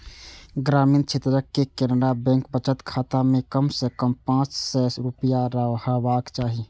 ग्रामीण क्षेत्रक केनरा बैंक बचत खाता मे कम सं कम पांच सय रुपैया रहबाक चाही